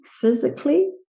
physically